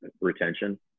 retention